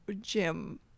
gym